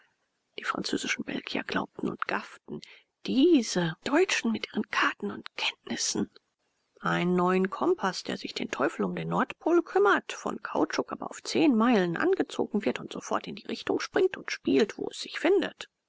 die französischen belgier glaubten und gafften diese verd deutschen mit ihren karten und kenntnissen einen neuen kompaß der sich den teufel um den nordpol kümmert von kautschuk aber auf zehn meilen angezogen wird und sofort in die richtung springt und spielt wo es sich findet